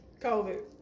COVID